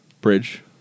bridge